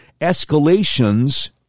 escalations